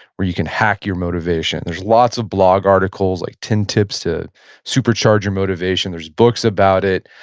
where you can hack your motivation. there's lots of blog articles, like ten tips to supercharge your motivation, there's books about it.